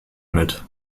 mit